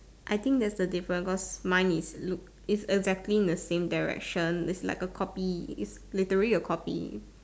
I think that's the difference because mine is look is exactly in the same direction is like a copy is literally a copy